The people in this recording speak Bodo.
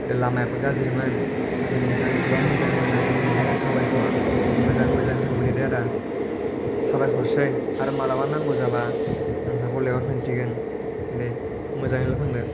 लामायाबो गाज्रिमोन नाथाय नोंथाङा एथबां मोजाङै मोजां दोनफैनायनि थाखाय साबायखर मोजाङै मोजां थांफिनदो दे आदा साबायखरसै आरो माब्लाबा नांगौ जाबा नोंथांखौ लिंहरफिनसिगोन दे मोजाङैल' थांदो